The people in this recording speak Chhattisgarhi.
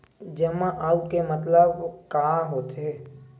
जमा आऊ के मतलब का होथे?